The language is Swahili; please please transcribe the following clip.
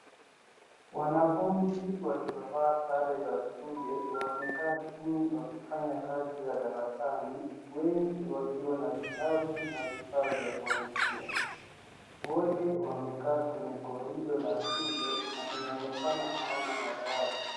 Wanafunzi waliovaa sare za shule wamekaa chini wakifanya kazi za darasani wengi wakiwa na vitabu na vifaa vya kuandikia. Wote wamekaa kwenye corridor la shule na inaonekana hawana madarasa.